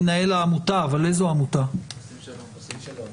מנהל עמותת "עושים שלום".